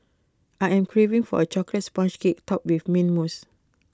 I am craving for A Chocolate Sponge Cake Topped with Mint Mousse